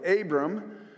Abram